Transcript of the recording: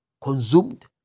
consumed